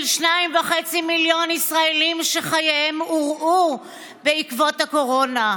של 2.5 מיליון ישראלים שחייהם הורעו בעקבות הקורונה.